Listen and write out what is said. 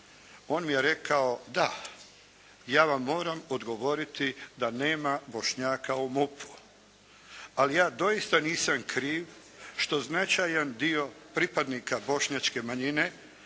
on mi je rekao: «Da, ja vam moram odgovoriti da nema Bošnjaka u MUP-u ali ja doista nisam kriv što značajan dio pripadnika bošnjačke manjine